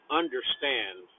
understand